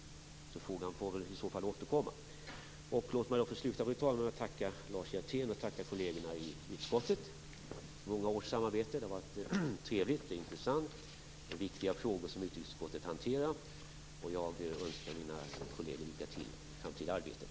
Den frågan får vi i så fall återkomma till. Fru talman! Låt mig få sluta med att tacka Lars Hjertén och kollegerna i utskottet för många års samarbete. Det har varit trevligt och intressant. Det är viktiga frågor som utrikesutskottet hanterar. Jag önskar mina kolleger lycka till i det framtida arbetet.